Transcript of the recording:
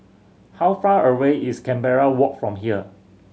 how far away is Canberra Walk from here